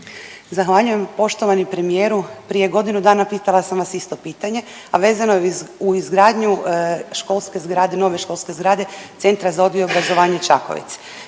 Zahvaljujem. Poštovani premijeru, prije godinu dana pitala sam vas isto pitanje, vezano je uz izgradnju školske zgrade, nove školske zgrade Centra za odgoj i obrazovanje Čakovec.